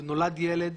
ונולד ילד,